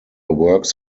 works